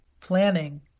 planning